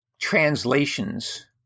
translations